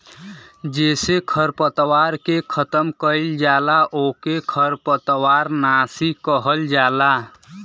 जेसे खरपतवार के खतम कइल जाला ओके खरपतवार नाशी कहल जाला